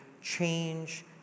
change